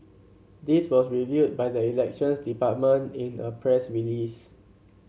this was revealed by the Elections Department in a press release